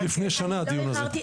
זה מלפני שנה הדיון הזה.